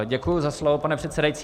Děkuji za slovo, pane předsedající.